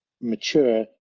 mature